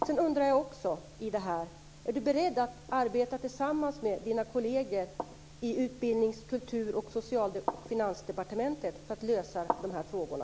Sedan undrar jag också om näringsministern är beredd att arbeta tillsammans med kollegerna i Utbildnings-, Kultur och Finansdepartementet för att komma till rätta med frågorna.